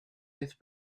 earth